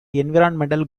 environmental